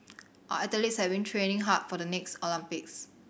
our athletes have been training hard for the next Olympics